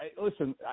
listen